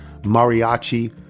Mariachi